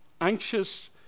anxious